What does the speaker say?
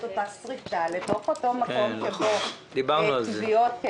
את אותה שריטה לתוך אותו מקום שבו מוגשות תביעות.